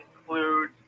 include